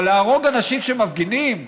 אבל להרוג אנשים שמפגינים?